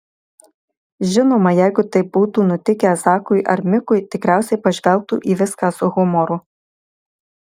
žinoma jeigu taip būtų nutikę zakui ar mikui tikriausiai pažvelgtų į viską su humoru